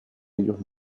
ellos